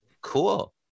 Cool